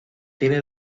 tiene